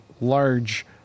large